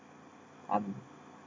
I'm